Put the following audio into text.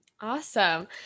Awesome